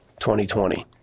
2020